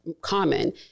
common